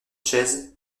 chaise